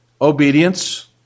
Obedience